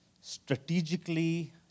strategically